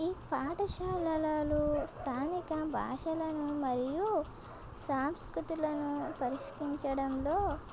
ఈ పాఠశాలలు స్థానిక భాషలను మరియు సంస్కృతులను పరిష్కచరిండంలో